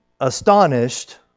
astonished